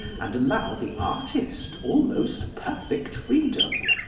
and allow the artist almost perfect freedom.